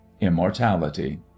immortality